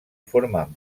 formen